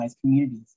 communities